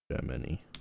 Germany